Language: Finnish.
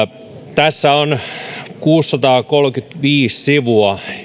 tässä on kuusisataakolmekymmentäviisi sivua